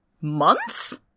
months